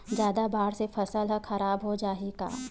जादा बाढ़ से फसल ह खराब हो जाहि का?